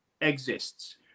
Exists